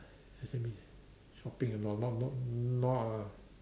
does that mean shopping ah not not not uh